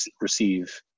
receive